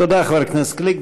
תודה, חבר הכנסת גליק.